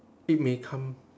it may come